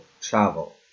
travel